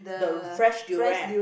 the fresh durian